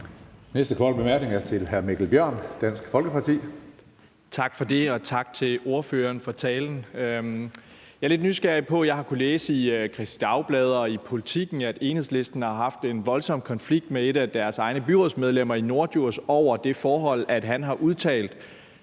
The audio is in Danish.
næste korte bemærkning er til hr. Mikkel Bjørn, Dansk Folkeparti. Kl. 17:17 Mikkel Bjørn (DF): Tak for det, og tak til ordføreren for talen. Jeg er lidt nysgerrig, for jeg har kunnet læse i Kristeligt Dagblad og i Politiken, at Enhedslisten har haft en voldsom konflikt med et af deres egne byrådsmedlemmer i Norddjurs over det, at han har udtalt